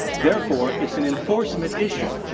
therefore, it's an enforcement issue.